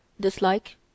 dislike